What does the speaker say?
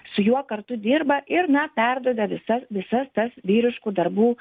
su juo kartu dirba ir na perduoda visas visas tas vyriškų darbų